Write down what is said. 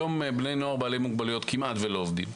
היום בני נוער בעלי מוגבלויות כמעט ולא עובדים.